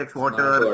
water